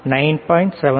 9